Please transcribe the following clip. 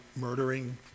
murdering